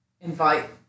invite